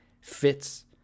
fits